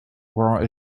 wore